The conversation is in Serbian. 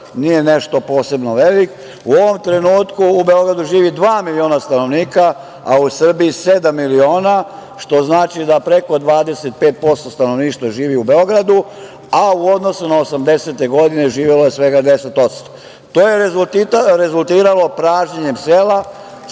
nije nešto posebno velik, u Beogradu živi dva miliona stanovnika, a u Srbiji sedam miliona, što znači da preko 25% stanovništva živi u Beogradu, a u odnosu na osamdesete godine živelo je svega 10%. To je rezultiralo pražnjenjem